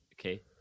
Okay